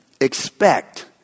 Expect